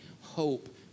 hope